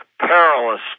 perilous